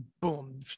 boom